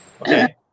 Okay